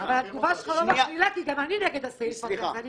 התגובה שלך לא מפעילה כי גם אני נגד הסעיף הזה.